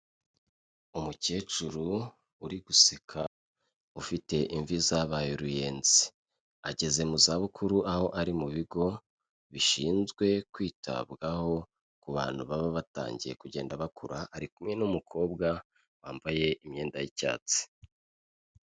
Umukecuru uri guseka ufite imvi zabaye uruyenzi. Ageze mu zabukuru, aho ari mu bigo bishinzwe kwitabwaho ku bantu baba batangiye kugenda bakura, ari kumwe n'umukobwa wambaye imyenda y'icyatsi.